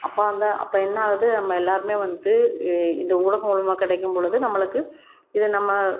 அப்போ அந்த அப்போ என்னாகுது நம்ம எல்லோருமே வந்து இந்த ஊடகம் மூலமாக கிடைக்கும் பொழுது நம்மளுக்கு இது நம்ம